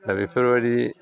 दा बेफोरबायदि